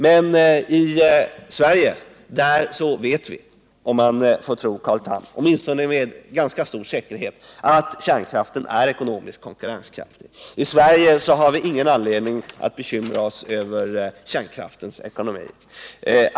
Men i Sverige vet vi, om vi får tro Carl Tham — åtminstone med ganska stor säkerhet — att kärnkraften är ekonomiskt konkurrenskraftig. I Sverige har vi ingen anledning att bekymra oss över kärnkraftens ekonomi.